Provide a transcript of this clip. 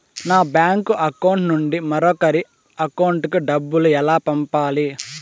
నా bank account నుండి మరొకరి అకౌంట్ కు డబ్బులు ఎలా పంపాలి